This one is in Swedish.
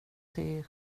till